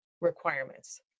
requirements